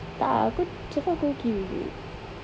tak aku so far aku okay with it